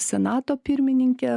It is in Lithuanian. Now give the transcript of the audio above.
senato pirmininke